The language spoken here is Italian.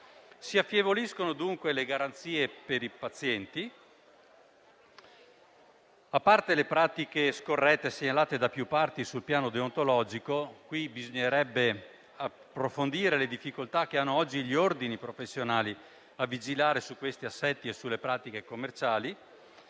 Si affievoliscono dunque le garanzie per i pazienti, a parte le pratiche scorrette segnalate da più parti sul piano deontologico. Sotto questo profilo, bisognerebbe approfondire le difficoltà che hanno oggi gli ordini professionali a vigilare su questi assetti e sulle pratiche commerciali.